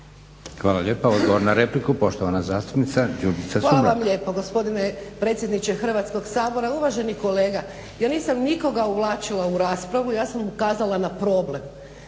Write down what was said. Hvala vam lijepo gospodine predsjedniče Hrvatskog sabora. Uvaženi kolega ja nisam nikoga uvlačila u raspravu, ja sam ukazala na problem.